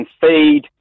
feed